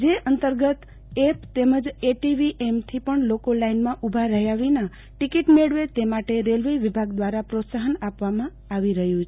જે અંતર્ગત એપ તેમજ એટીવીએમથી પણ લોકો લાઈનમાં ઉભા રહ્યા વિના ટિકિટ મેળવે મેળવે તે માટે રેલ્વે વિભાગ દ્રારા પ્રોત્સાહન આપવામાં આવી રહ્યુ છે